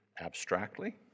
abstractly